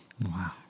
Wow